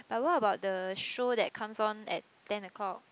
but what about the show that comes on at ten o-clock